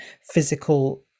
physical